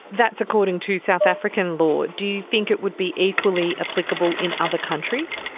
that's according to south african law. do you think it would be equally applicable in other countries?